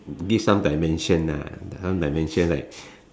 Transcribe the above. give some dimension ah some dimension like